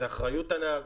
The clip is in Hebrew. אחריות הנהג,